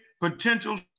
potential